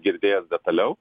girdėjęs detaliau